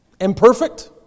imperfect